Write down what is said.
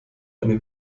eine